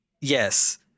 Yes